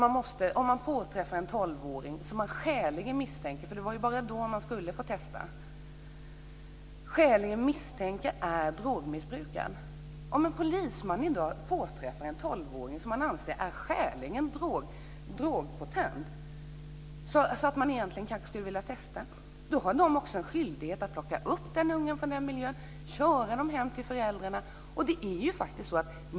Om en polisman i dag påträffar en tolvåring som han skäligen misstänker - för det var ju bara då man skulle få testa - är drogpåverkad, så att man egentligen skulle vilja testa, har han också skyldighet att plocka upp den unge från den miljön och köra hem honom eller henne till föräldrarna.